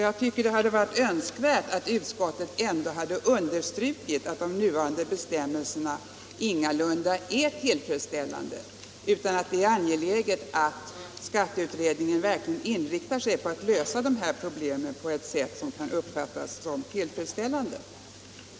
Jag tycker det hade varit önskvärt att utskottet ändå hade understrukit att de nuvarande bestämmelserna ingalunda är till fyllest utan att det är angeläget att skatteutredningen verkligen inriktar sig på att lösa dessa problem på ett sätt som kan uppfattas som tillfredsställande.